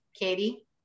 Katie